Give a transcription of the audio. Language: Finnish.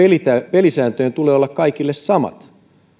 pelisääntöjen tulee olla kaikille samat